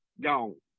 gone